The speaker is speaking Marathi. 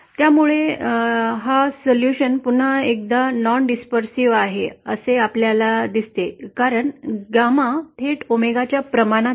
त्यामुळे हा उपाय पुन्हा एकदा विखुरलेला नाही असे आपल्याला दिसते कारण गॅमा थेट ओमेगाच्या प्रमाणात आहे